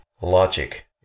logic